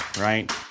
right